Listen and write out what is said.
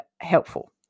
helpful